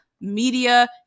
Media